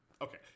Okay